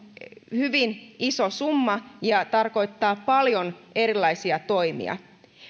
hyvin iso summa ja tarkoittaa paljon erilaisia toimia